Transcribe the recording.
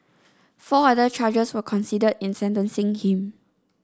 four other charges were considered in sentencing him